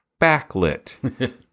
backlit